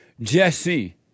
Jesse